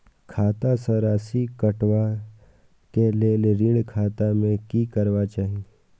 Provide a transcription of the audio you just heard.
खाता स राशि कटवा कै लेल ऋण खाता में की करवा चाही?